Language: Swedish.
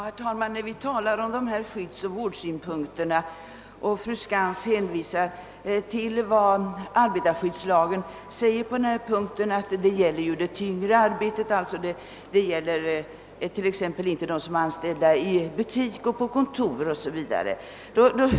Herr talman! När fru Skantz på tal om skyddsoch vårdsynpunkter hänvisar till vad arbetarskyddslagen säger på den punkten — förbudet gäller tyngre arbete och inte t.ex. anställningar i butiker, på kontor o. s. v.